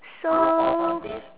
so